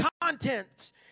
contents